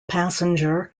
passenger